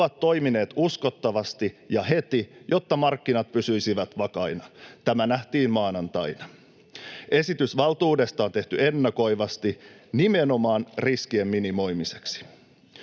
ovat toimineet uskottavasti ja heti, jotta markkinat pysyisivät vakaina. Tämä nähtiin maanantaina. Esitys valtuudesta on tehty ennakoivasti nimenomaan riskien minimoimiseksi.